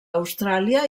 austràlia